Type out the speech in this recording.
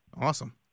Awesome